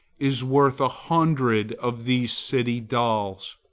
is worth a hundred of these city dolls.